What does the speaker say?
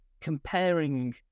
Comparing